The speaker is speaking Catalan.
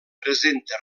presenta